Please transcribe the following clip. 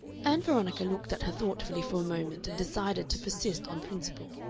ann veronica looked at her thoughtfully for a moment, and decided to persist on principle.